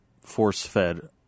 force-fed